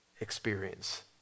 experience